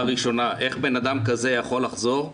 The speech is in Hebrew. איך בן אדם כזה יכול לחזור לעבודה?